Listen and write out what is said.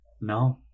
No